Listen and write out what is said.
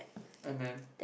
and then